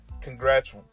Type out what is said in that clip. Congrats